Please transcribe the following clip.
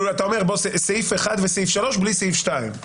אתה אומר פסקה (1) ופסקה (3) בלי פסקה (2).